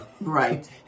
Right